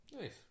nice